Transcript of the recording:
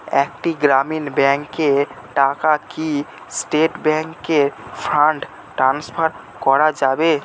একটি গ্রামীণ ব্যাংকের টাকা কি স্টেট ব্যাংকে ফান্ড ট্রান্সফার করা যাবে?